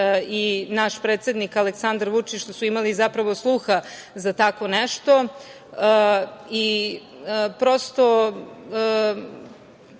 i naš predsednik Aleksandar Vučić, što su imali zapravo sluha za tako nešto.